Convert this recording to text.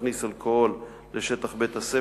להכניס אלכוהול לשטח בית-הספר,